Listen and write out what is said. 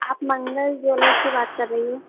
आप मंगल ज्वेलर से बात कर रही हैं